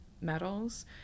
medals